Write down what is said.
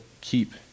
keep